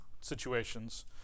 situations